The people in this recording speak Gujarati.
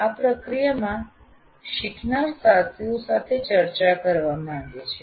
આ પ્રક્રિયામાં શીખનાર સાથીઓ સાથે ચર્ચા કરવા માંગે છે